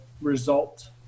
result